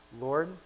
Lord